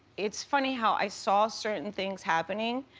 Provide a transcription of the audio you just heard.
it's funny how i saw certain things happening,